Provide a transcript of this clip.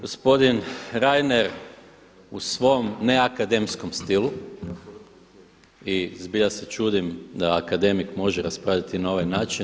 Gospodin Reiner u svom neakademskom stilu i zbilja se čudim da akademik može raspravljati na ovaj način.